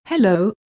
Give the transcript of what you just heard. Hello